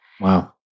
Wow